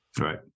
Right